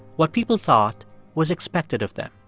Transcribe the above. what people thought was expected of them.